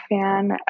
fan